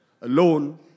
alone